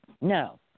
No